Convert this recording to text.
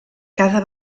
cada